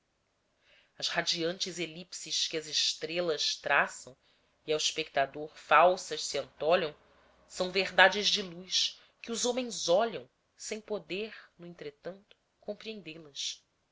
as radiantes elipses que as estrelas traçam e ao espectador falsas se antolham são verdades de luz que os homens olham sem poder no entretanto compreendê las